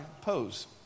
pose